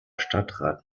stadtrat